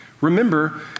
Remember